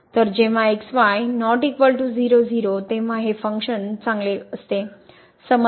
तर जेव्हा x y ≠ 0 0 तेव्हा हे फंक्शन चांगले करते